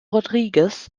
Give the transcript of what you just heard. rodriguez